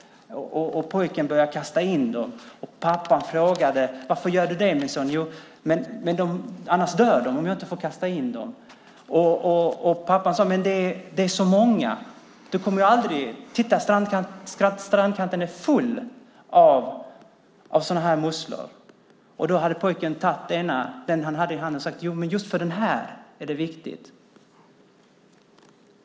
Pojken började kasta i dem. Pappan frågade: Varför gör du det min son? Annars dör de, om jag inte får kasta i dem. Pappan sade: Men det är så många. Titta! Strandkanten är full av sådana här musslor. Då tog pojken den han hade i handen och sade: Just för den här är det viktigt.